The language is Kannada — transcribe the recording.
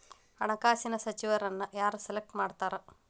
ಹಣಕಾಸಿನ ಸಚಿವರನ್ನ ಯಾರ್ ಸೆಲೆಕ್ಟ್ ಮಾಡ್ತಾರಾ